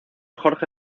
jorge